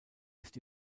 ist